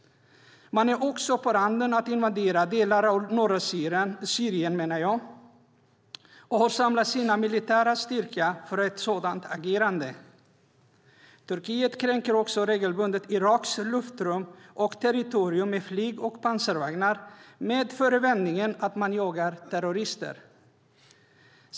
Man är också på randen av att invadera delar av norra Syrien, och har samlat sin militära styrka för ett sådan agerande. Turkiet kränker också regelbundet Iraks luftrum och territorium med flyg och pansarvagnar, med förevändningen att man jagar terrorister.